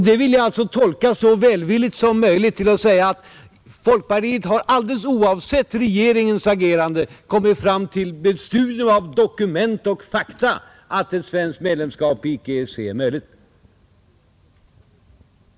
Det vill jag tolka så välvilligt som möjligt och säga att folkpartiet har alldeles oavsett regeringens agerande vid ett studium av dokument och fakta kommit fram till att ett svenskt medlemskap i EEC icke är möjligt.